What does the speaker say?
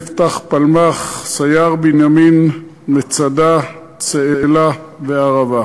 יפתח-פלמח, סייר-בנימין, מצדה, צאלה וערבה.